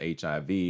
HIV